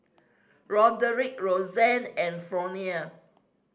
Roderic Rozanne and Fronia